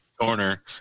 corner